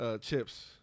Chips